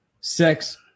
sex